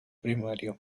primario